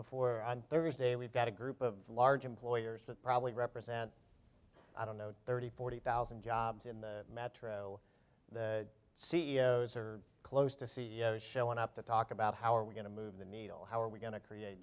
before on thursday we've got a group of large employers that probably represent i don't know thirty forty thousand jobs in the metro the c e o s are close to see showing up to talk about how are we going to move the needle how are we going to create